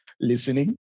listening